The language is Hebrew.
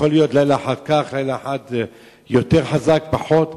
יכול להיות לילה אחד כך, לילה אחד יותר חזק, פחות,